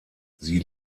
sie